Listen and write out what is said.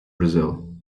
brazil